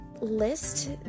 list